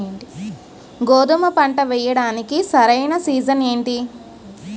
గోధుమపంట వేయడానికి సరైన సీజన్ ఏంటి?